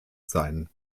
sein